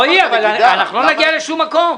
רועי, אנחנו לא נגיע לשום מקום.